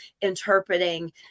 interpreting